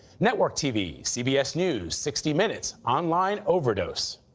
network tv cbs news, sixty minutes online overdose.